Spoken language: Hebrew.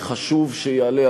חשוב שיעלה,